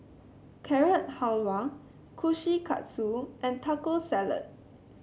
Carrot Halwa Kushikatsu and Taco Salad